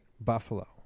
buffalo